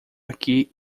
aqui